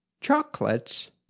Chocolates